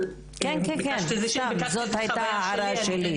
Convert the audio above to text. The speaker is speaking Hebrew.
ביקשת חוויה שלי,